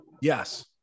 Yes